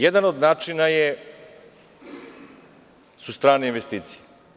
Jedan od načina su strane investicije.